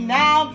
now